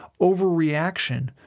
overreaction